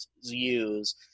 use